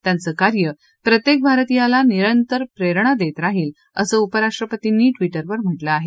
त्यांचं कार्य प्रत्येक भारतीयाला निरंतर प्रेरणा देत राहील असं उपराष्ट्रपतींनी प्रिउवरून म्हा कें आहे